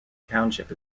township